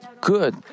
good